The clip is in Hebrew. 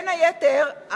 בין היתר,